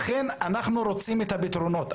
לכן, אנחנו רוצים את הפתרונות.